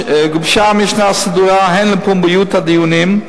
גובשה משנה סדורה הן לפומביות הדיונים,